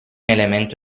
elemento